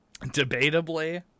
debatably